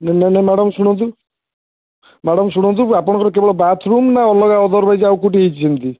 ନାହିଁ ନାହିଁ ମ୍ୟାଡ଼ାମ୍ ଶୁଣନ୍ତୁ ମ୍ୟାଡ଼ାମ ଶୁଣନ୍ତୁ ଆପଣଙ୍କର କେବଳ ବାଥରୁମ୍ ନା ଅଲଗା ଅଦରୱାଇଜ୍ ଆଉ କେଉଁଠି ହେଇଛି ଏମିତି